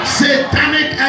satanic